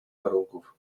warunków